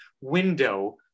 window